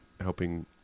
helping